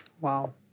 Wow